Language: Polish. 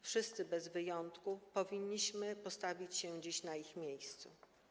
Wszyscy bez wyjątku powinniśmy postawić się dziś na ich miejscu.